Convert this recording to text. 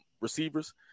receivers